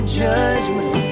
judgment